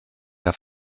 der